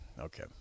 Okay